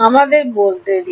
আমাদের বলতে দিন